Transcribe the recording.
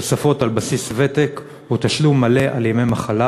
תוספות על בסיס ותק ותשלום מלא על ימי מחלה.